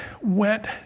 went